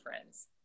friends